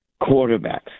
quarterbacks